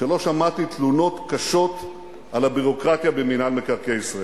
שלא שמעתי תלונות קשות על הביורוקרטיה במינהל מקרקעי ישראל.